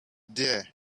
deer